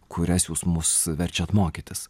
kurias jūs mus verčiat mokytis